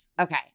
Okay